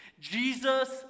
Jesus